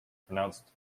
pronounced